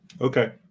Okay